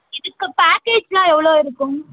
இதுக்கு பேக்கேஜ் எல்லாம் எவ்வளோ இருக்கும்